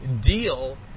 deal